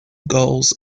goals